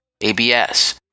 ABS